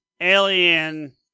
Alien